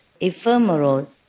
ephemeral